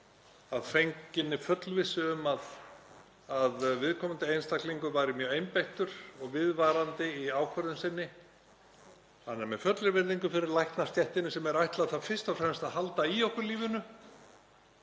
að fenginni fullvissu um að viðkomandi einstaklingur væri mjög einbeittur og viðvarandi í ákvörðun sinni. Með fullri virðingu fyrir læknastéttinni, sem er ætlað fyrst og fremst að halda í okkur lífinu;